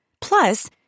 Plus